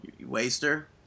Waster